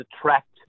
attract